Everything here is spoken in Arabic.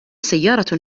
سيارة